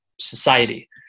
society